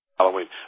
Halloween